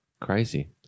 Crazy